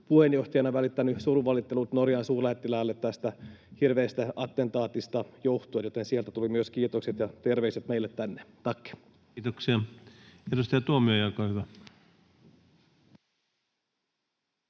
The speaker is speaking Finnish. puheenjohtajana myös välittänyt surunvalittelut Norjan suurlähettiläälle tästä hirveästä attentaatista johtuen, joten sieltä tulivat myös kiitokset ja terveiset meille tänne. — Tack. [Speech 255] Speaker: